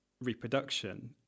reproduction